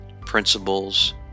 principles